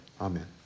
Amen